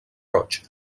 roig